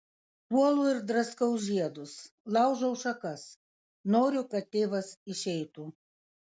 puolu ir draskau žiedus laužau šakas noriu kad tėvas išeitų